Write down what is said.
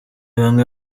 bamwe